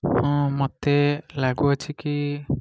ହଁ ମୋତେ ଲାଗୁଅଛି କି